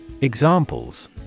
Examples